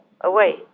away